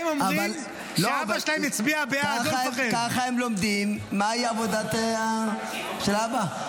ככה הם לומדים מהי העבודה של אבא.